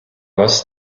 вас